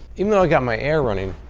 even though i've got my air running,